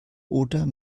oder